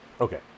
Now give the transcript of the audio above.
okay